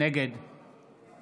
נגד